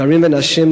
גברים ונשים,